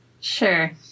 Sure